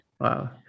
Wow